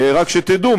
רק שתדעו,